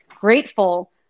grateful